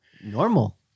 Normal